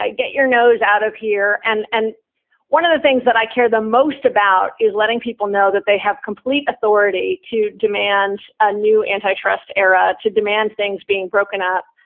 get your nose out of here. and and one of the things that i care the most about is letting people know that they have complete authority to demand a new antitrust era, to demand things being broken up.